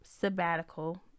sabbatical